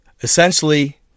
essentially